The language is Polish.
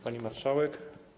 Pani Marszałek!